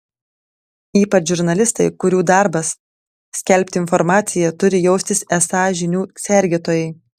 ypač žurnalistai kurių darbas skelbti informaciją turi jaustis esą žinių sergėtojai